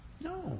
No